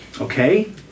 Okay